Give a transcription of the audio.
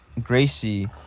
Gracie